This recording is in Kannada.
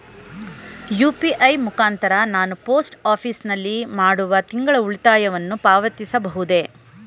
ಯು.ಪಿ.ಐ ಮುಖಾಂತರ ನಾನು ಪೋಸ್ಟ್ ಆಫೀಸ್ ನಲ್ಲಿ ಮಾಡುವ ತಿಂಗಳ ಉಳಿತಾಯವನ್ನು ಪಾವತಿಸಬಹುದೇ?